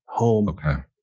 home